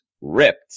ripped